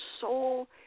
soul